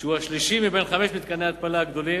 שהוא השלישי מבין חמשת מתקני ההתפלה הגדולים,